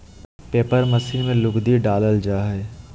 paper machine में लुगदी डालल जा हय